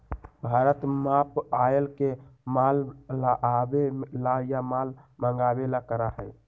Bharat palm oil के माल आवे ला या माल मंगावे ला करा हई